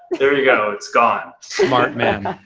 there you go, it's gone. smart man.